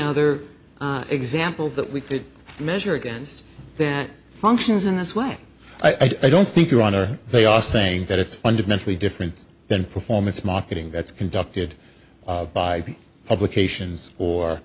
other examples that we could measure against that functions in this way i don't think you are they are saying that it's fundamentally different than performance marketing that's conducted by publications or